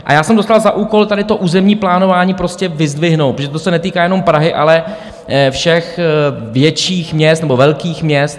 A já jsem dostal za úkol tady to územní plánování prostě vyzdvihnout, protože to se netýká jenom Prahy, ale všech větších měst nebo velkých měst.